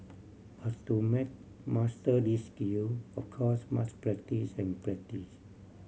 but to master these skill of course must practise and practise